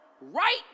Right